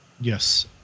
Yes